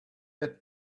that